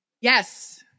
Yes